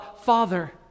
father